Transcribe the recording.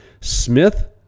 Smith